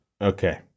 Okay